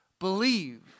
believe